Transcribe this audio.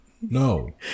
No